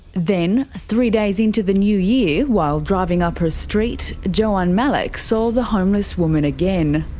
then, three days into the new year, while driving up her street, joanne malloch saw the homeless woman again.